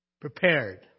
prepared